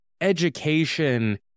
education